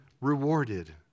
rewarded